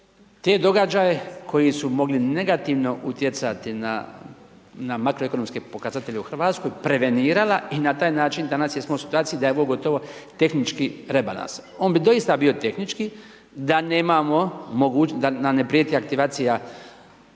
te događaje koji su mogli negativno utjecati na, na makroekonomske pokazatelje u Hrvatskoj prevenirala i na ta način danas jesmo u situaciji da je ovo gotovo tehnički rebalans. On bi doista bio tehnički da nemamo, da nam ne prijeti aktivacija,